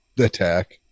attack